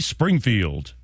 Springfield